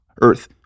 earth